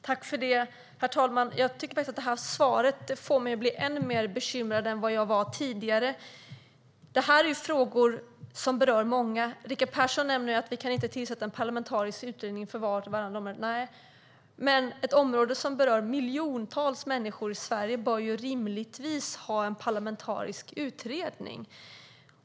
Herr talman! Det här svaret får mig att bli ännu mer bekymrad än vad jag var tidigare. Det här är frågor som berör många. Rickard Persson säger att man inte kan tillsätta en parlamentarisk utredning för vart och vartannat område. Nej, men ett område som berör miljontals människor i Sverige bör ju rimligtvis ha en parlamentarisk utredning.